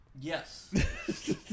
Yes